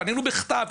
פנינו בכתב,